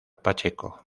pacheco